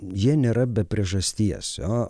jie nėra be priežasties o